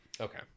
Okay